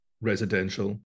residential